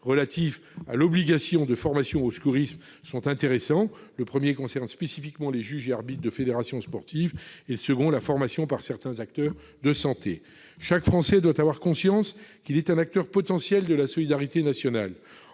relatifs à l'obligation de formation au secourisme, sont intéressants. Le premier de ces articles concerne spécifiquement les juges et arbitres de fédération sportive et le second a trait à la formation par certains acteurs de santé. Chaque Français doit avoir conscience qu'il est un acteur potentiel de la solidarité nationale